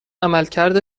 عملکرد